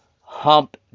hump